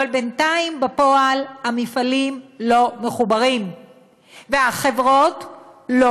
אבל בינתיים בפועל המפעלים לא מחוברים והחברות לא